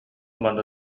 маны